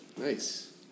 Nice